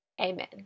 Amen